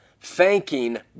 thanking